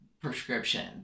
Prescription